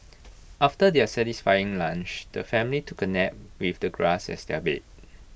after their satisfying lunch the family took A nap with the grass as their bed